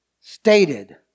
stated